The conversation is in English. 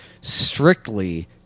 strictly